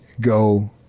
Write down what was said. go